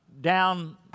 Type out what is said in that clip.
down